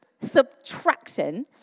Subtraction